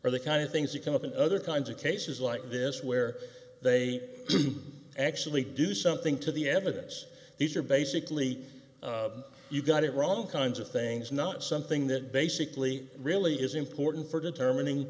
or the kind of things you come up in other kinds of cases like this where they actually do something to the evidence these are basically you got it wrong kinds of things not something that basically really is important for determining